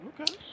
Okay